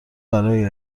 برای